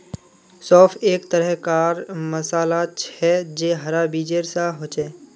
सौंफ एक तरह कार मसाला छे जे हरा बीजेर सा होचे